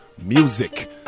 music